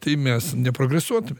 tai mes neprogresuotume